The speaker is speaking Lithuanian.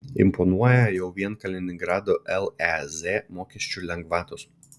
imponuoja jau vien kaliningrado lez mokesčių lengvatos